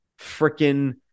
freaking